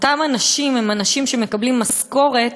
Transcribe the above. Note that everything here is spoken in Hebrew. אותם אנשים מקבלים משכורת